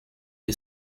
the